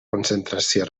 concentració